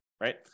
right